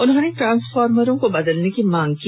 उन्होंने ट्रांसफार्मरों को बदलने की मांग की